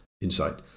insight